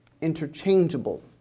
interchangeable